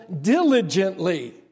diligently